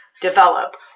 develop